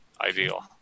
ideal